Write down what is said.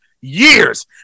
years